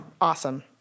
Awesome